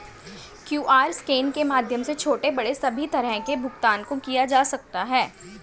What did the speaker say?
QR scan के माध्यम से छोटे बड़े सभी तरह के भुगतान को किया जा सकता है